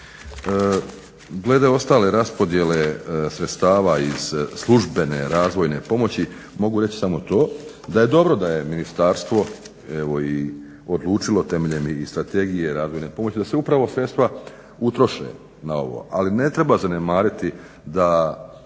Glede ostale raspodjele sredstava iz službene razvojne pomoći mogu reći samo to da je dobro da je ministarstvo evo i odlučilo temeljem i strategije i razvojne pomoći da se upravo sredstva utroše na ovo. Ali ne treba zanemariti da